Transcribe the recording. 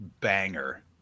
banger